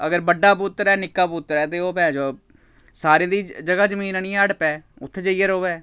अगर बड्डा पुत्तर ऐ निक्का पुत्तर ऐ ते ओह् भैन चौद सारें दी जगह जमीन आनियै हड़पै उत्थै जाइयै र'वै